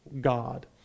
god